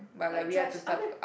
like drives I mean